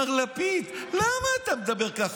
מר לפיד, למה אתה מדבר ככה?